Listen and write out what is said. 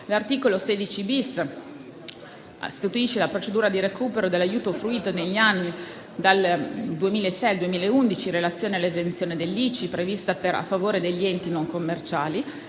L'articolo 16-*bis* disciplina la procedura di recupero dell'aiuto fruito negli anni dal 2006 al 2011 in relazione all'esenzione dell'ICI prevista a favore degli enti non commerciali.